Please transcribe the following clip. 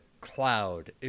cloud